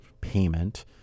payment